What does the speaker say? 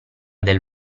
del